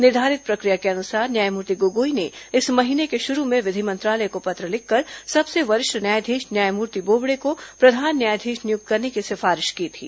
निर्धारित प्रशिक्र या के अनुसार न्यायमूर्ति गोगोई ने इस महीने के शुरू में विधि मंत्रालय को पत्र लिखकर सबसे वरिष्ठ न्यायाधीश न्यायमूर्ति बोबडे को प्रधान न्यायाधीश नियुक्त करने की सिफारिश की थी